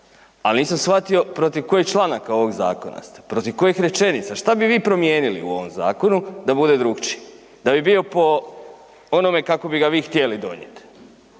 A nisam shvatio protiv kojih članaka ovog zakona ste, protiv kojih rečenica, što bi vi promijenili u ovom zakonu da bude drukčiji, da bi bio po onome kako bi ga vi htjeli dolje?